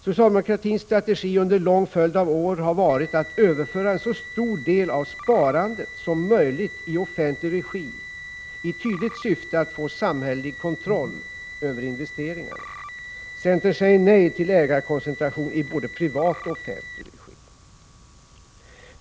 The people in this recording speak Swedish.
Socialdemokratins strategi under en lång följd av år har varit att överföra en så stor del av sparandet som möjligt i offentlig regi, i tydligt syfte att få samhällelig kontroll över investeringarna. Centern säger nej till ägarkoncentration i både privat och offentlig regi.